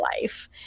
life